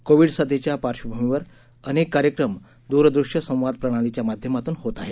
Covid साथीच्या पार्श्वभूमीवर अनेक कार्यक्रम द्रदृश्य संवाद प्रणालीच्या माध्यमातून होत आहेत